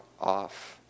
off